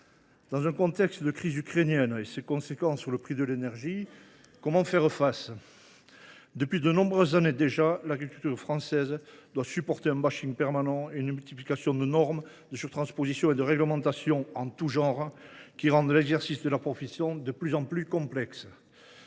Dans le contexte de la crise ukrainienne et de ses conséquences sur le prix de l’énergie, comment faire face ? Depuis de nombreuses années déjà, l’agriculture française doit supporter un permanent et une multiplication de normes, de surtranspositions et de réglementations en tout genre, qui rendent l’exercice de la profession de plus en plus complexe.